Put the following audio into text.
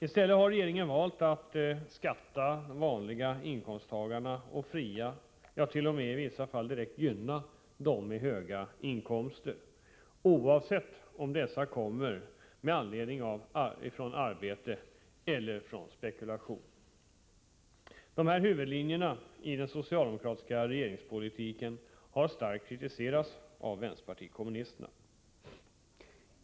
I stället har regeringen valt att beskatta de vanliga inkomsttagarna och fria — ja, i vissa fall t.o.m. gynna — dem med höga inkomster, oavsett om inkomsterna kommer från arbete eller från spekulation. Dessa huvudlinjer i den socialdemokratiska regeringspolitiken har starkt kritiserats av vänsterpartiet kommunisterna.